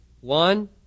One